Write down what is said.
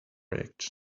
actions